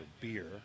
beer